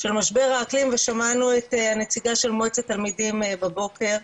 של משבר האקלים ושמענו את נציגה של מועצת תלמידים בבוקר.